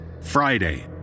Friday